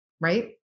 right